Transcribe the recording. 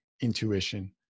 intuition